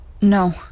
No